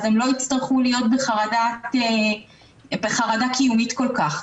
הן לא תצטרכנה להיות בחרדה קיומית כל כך.